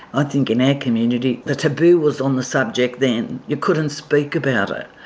i think in our community the taboo was on the subject then, you couldn't speak about it,